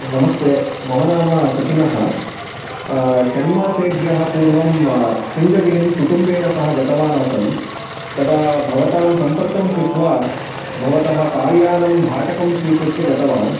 नमस्ते मम नाम सच्चिनः षण्मासेभ्यः पूर्वं शृङ्गगिरिं कुटुम्बेन सह गतवान् आसम् तदा भवतां सम्पर्कं कृत्वा भवतः कार्यानं भाटकं स्वीकृत्य गतवान्